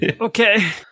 okay